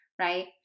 Right